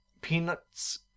Peanuts